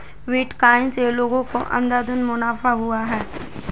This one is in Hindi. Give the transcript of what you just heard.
बिटकॉइन से लोगों को अंधाधुन मुनाफा हुआ है